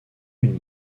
une